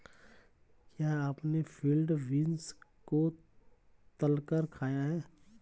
क्या आपने field beans को तलकर खाया है?